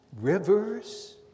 Rivers